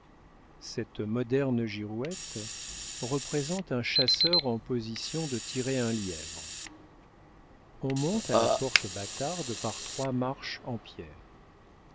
cette moderne girouette représente un chasseur en position de tirer un lièvre on monte à la porte bâtarde par trois marches en pierre